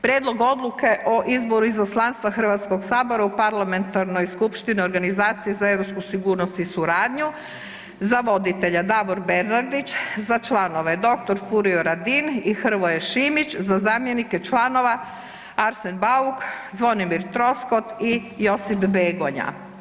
Prijedlog odluke o izboru Izaslanstva HS-a u Parlamentarnoj skupštini Organizaciji za europsku sigurnost i suradnju, za voditelja Davor Bernardić, za članove dr. Furio Radin i Hrvoje Šimić, za zamjenike članova Arsen Bauk, Zvonimir Troskot i Josip Begonja.